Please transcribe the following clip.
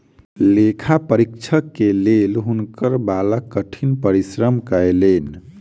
लेखा परीक्षक के लेल हुनकर बालक कठिन परिश्रम कयलैन